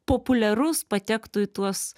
populiarus patektų į tuos